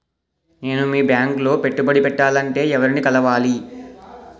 నేను మీ బ్యాంక్ లో పెట్టుబడి పెట్టాలంటే ఎవరిని కలవాలి?